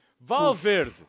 Valverde